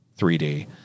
3D